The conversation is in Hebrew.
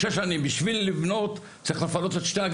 שש שנים,